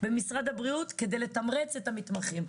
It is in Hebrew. במשרד הבריאות, כדי לתמרץ את המתמחים.